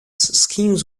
schemes